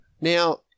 Now